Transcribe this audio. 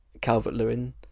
Calvert-Lewin